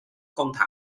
thảo